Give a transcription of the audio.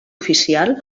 oficial